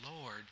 Lord